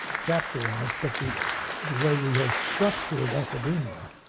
chapter in it. but the the way we have structured academia